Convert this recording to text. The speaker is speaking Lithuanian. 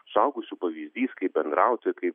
suaugusių pavyzdys kaip bendrauti kaip